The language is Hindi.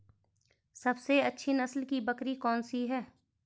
सबसे अच्छी नस्ल की बकरी कौन सी है?